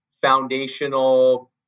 foundational